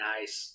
Nice